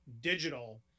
digital